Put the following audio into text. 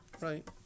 right